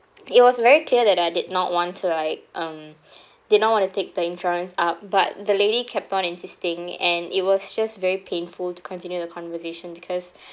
it was very clear that I did not want to like um did not want to take the insurance up but the lady kept on insisting and it was just very painful to continue the conversation because